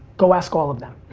go ask all of them.